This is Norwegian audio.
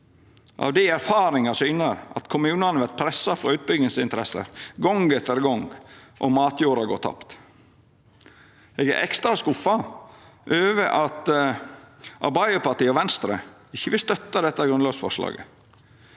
av di erfaringar syner at kommunane vert pressa frå utbyggingsinteresser gong etter gong, og matjorda går tapt. Eg er ekstra skuffa over at Arbeidarpartiet og Venstre ikkje vil støtta dette grunnlovsforslaget.